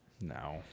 No